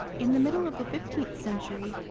in the middle of the fifteenth century,